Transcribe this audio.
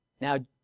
Now